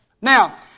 Now